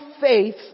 faith